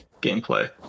gameplay